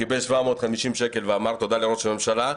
קיבל 750 שקל ואמר: תודה לראש הממשלה.